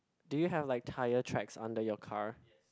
do you have like tyre tracks under your car